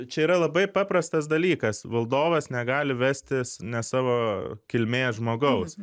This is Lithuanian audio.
čia yra labai paprastas dalykas valdovas negali vestis ne savo kilmės žmogaus